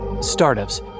Startups